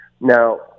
Now